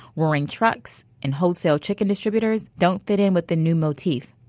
roaring trucks and wholesale chicken distributors don't fit in with the new motif.